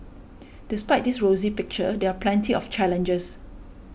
despite this rosy picture there are plenty of challenges